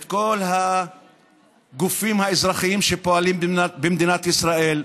את כל הגופים האזרחיים שפועלים במדינת ישראל,